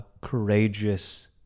courageous